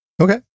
Okay